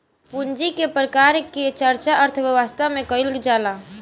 पूंजी के प्रकार के चर्चा अर्थव्यवस्था में कईल जाला